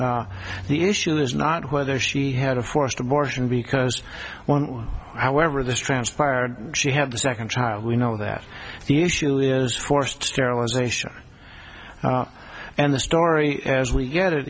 correct the issue is not whether she had a forced abortion because one however this transpired she had the second child we know that the issue is forced sterilization and the story as we get it